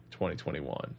2021